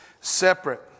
separate